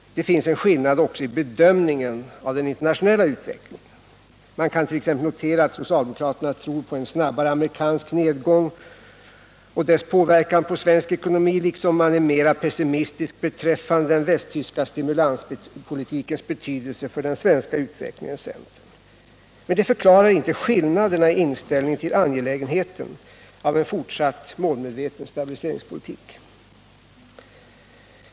Det finns en skillnad också i bedömningen av den internationella utvecklingen. Man kan t.ex. notera att socialdemokraterna tror på en snabbare amerikansk nedgång och dess påverkan på svensk ekonomi, liksom man är mera pressimistisk beträffande den västtyska stimulanspolitikens betydelse för den svenska utvecklingen än centern. Det förklarar dock inte skillnaderna i inställning till angelägenheten av en fortsatt målmedveten stabiliseringspolitik.